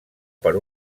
per